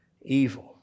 evil